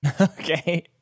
Okay